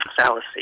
fallacy